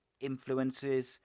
influences